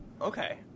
okay